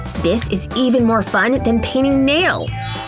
this is even more fun than painting nails!